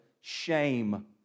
shame